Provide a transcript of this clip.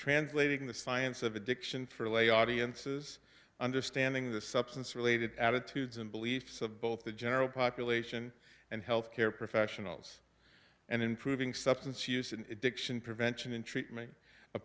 translating the science of addiction for lay audiences understanding the substance related attitudes and beliefs of both the general population and health care professionals and improving substance use in addiction prevention and treatment